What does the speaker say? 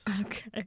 Okay